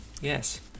Yes